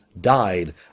died